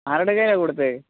ആരുടെ കയ്യിലാണ് കൊടുത്തത്